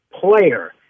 player